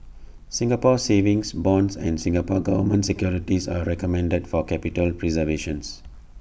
Singapore savings bonds and Singapore Government securities are recommended for capital preservation